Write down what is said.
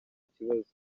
kibazo